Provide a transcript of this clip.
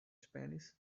spanish